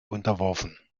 unterworfen